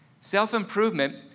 Self-improvement